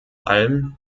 allem